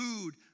food